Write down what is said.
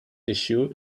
issue